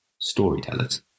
storytellers